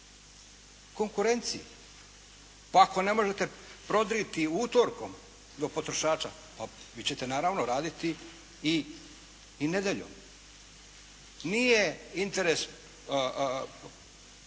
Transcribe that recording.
konkurenciji. Ako ne možete prodrijeti utorkom do potrošača pa vi ćete naravno raditi i nedjeljom. Nije interes